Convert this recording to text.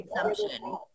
consumption